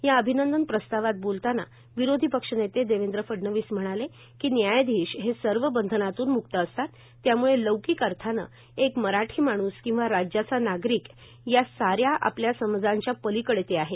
या अभिनंदन प्रस्तावात बोलताना विरोधीपक्षनेते देवेंद्र फडणवीस म्हणाले की न्यायाधिश हे सर्व बंधनातून मुक्त असतात त्यामुळे लौकीक अर्थाने एक मराठी माणूस किवा राज्याचा नागरीक या सा या आपल्या समजांच्या पलिकडे ते आहेत